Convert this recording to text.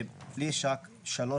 יש לי שלוש